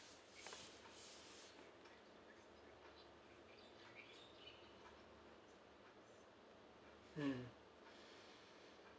mm